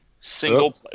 single –